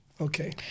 Okay